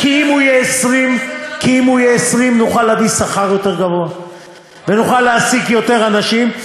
כי אם הוא יהיה 20% נוכל להביא שכר יותר גבוה ונוכל להעסיק יותר אנשים.